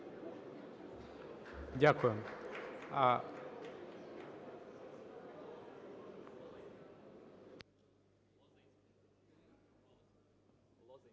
Дякую.